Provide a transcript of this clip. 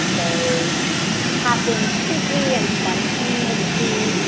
they happen quickly and spontaneously.